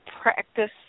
practice